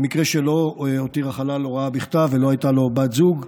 במקרה שהחלל לא הותיר הוראה בכתב ולא הייתה לו בת זוג,